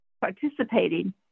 participating